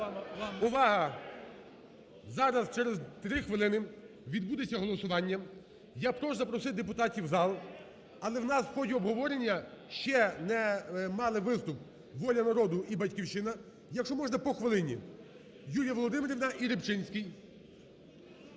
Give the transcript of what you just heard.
Увага, зараз через 3 хвилини відбудеться голосування. Я прошу запросити депутатів в зал. Але в нас в ході обговорення ще не мали виступ "Воля народу" і "Батьківщина". Якщо можна, по хвилині. Юлія Володимирівна і Рибчинський,